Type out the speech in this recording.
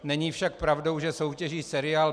Není však pravdou, že soutěží seriál